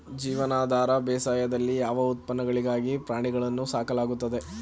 ಜೀವನಾಧಾರ ಬೇಸಾಯದಲ್ಲಿ ಯಾವ ಉತ್ಪನ್ನಗಳಿಗಾಗಿ ಪ್ರಾಣಿಗಳನ್ನು ಸಾಕಲಾಗುತ್ತದೆ?